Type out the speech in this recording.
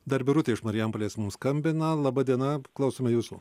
dar birutė iš marijampolės mums skambina laba diena klausome jūsų